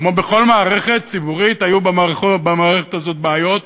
כמו בכל מערכת ציבורית, היו במערכת הזאת בעיות,